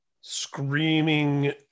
screaming